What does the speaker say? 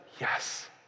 Yes